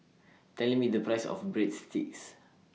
Tell Me The Price of Breadsticks